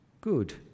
good